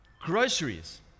Groceries